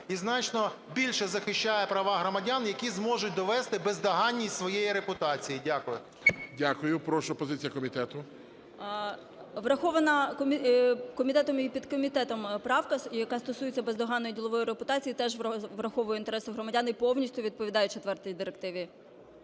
і значно більше захищає права громадян, які зможуть довести бездоганність своєї репутації. Дякую. ГОЛОВУЮЧИЙ. Дякую. Прошу позиція комітету. 13:19:10 ВАСИЛЕВСЬКА-СМАГЛЮК О.М. Врахована комітетом і підкомітетом правка, яка стосується бездоганної ділової репутації, теж враховує інтереси громадян і повністю відповідає четвертій Директиві.